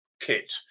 kit